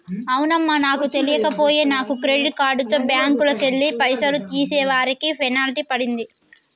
అవునమ్మా నాకు తెలియక పోయే నాను క్రెడిట్ కార్డుతో బ్యాంకుకెళ్లి పైసలు తీసేసరికి పెనాల్టీ పడింది